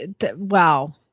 Wow